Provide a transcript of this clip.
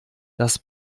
das